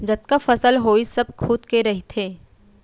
जतका फसल होइस सब खुद के रहिथे